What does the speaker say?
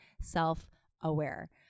self-aware